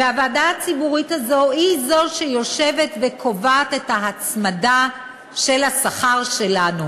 והוועדה הציבורית הזו היא זו שיושבת וקובעת את ההצמדה של השכר שלנו.